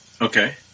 Okay